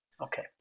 Okay